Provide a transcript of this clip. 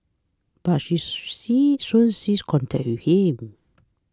but she see soon ceased contact with him